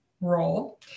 role